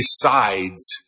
decides